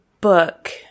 book